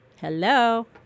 Hello